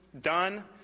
done